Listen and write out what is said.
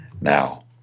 now